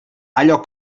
allò